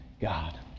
God